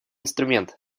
инструмент